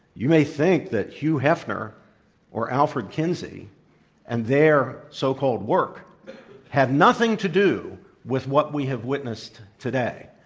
you may think that hugh hefner or alfred kinsey and their so-called work had nothing to do with what we have witnessed today.